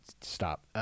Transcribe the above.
stop